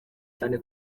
cyane